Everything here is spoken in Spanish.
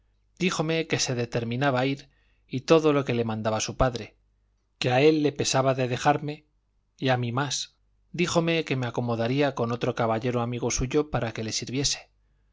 díjome que se determinaba ir y todo lo que le mandaba su padre que a él le pesaba de dejarme y a mí más díjome que me acomodaría con otro caballero amigo suyo para que le sirviese